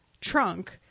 trunk